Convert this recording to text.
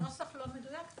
הנוסח לא מדויק.